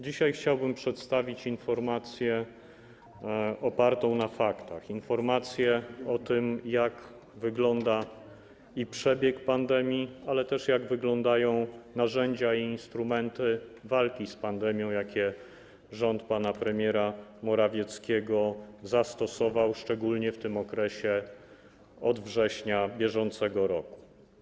Dzisiaj chciałbym przedstawić informację opartą na faktach, informację o tym, jak wygląda przebieg pandemii, ale też jak wyglądają narzędzia i instrumenty walki z pandemią, jakie rząd pana premiera Morawieckiego zastosował, szczególnie w okresie od września br.